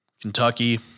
Kentucky